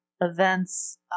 events